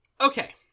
okay